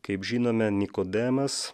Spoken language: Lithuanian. kaip žinome nikodemas